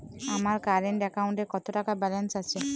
আমার কারেন্ট অ্যাকাউন্টে কত টাকা ব্যালেন্স আছে?